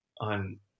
on